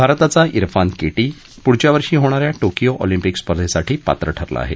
भारताचा उफान के टी पुढच्या वर्षी होणा या टोकियो ऑलिम्पिक स्पर्धेसाठी पात्र ठरला आहे